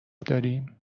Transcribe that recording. داریم